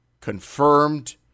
confirmed –